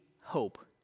hope